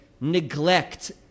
neglect